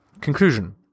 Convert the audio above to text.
Conclusion